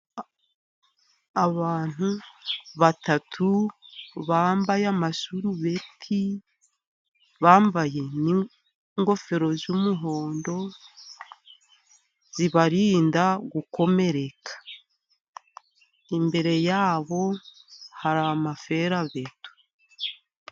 Abantu batatu bambaye amasarubeti, bambaye n'ingofero z'umuhondo zibarinda gukomereka, imbere yabo hari amaferabeto.